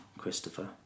Christopher